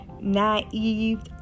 naive